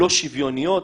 לא שוויוניות,